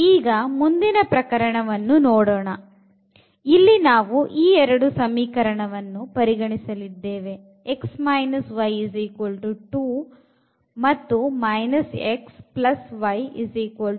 ಈಗ ಮುಂದಿನ ಪ್ರಕರಣವನ್ನು ನೋಡೋಣ ಇಲ್ಲಿ ನಾವು ಈ ಎರಡು ಸಮೀಕರಣವನ್ನು ಪರಿಗಣಿಸಿಲಿದ್ದೇವೆ x y2 ಮತ್ತು xy 2